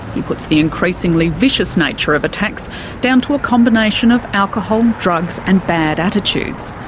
he puts the increasingly vicious nature of attacks down to a combination of alcohol, drugs and bad attitudes.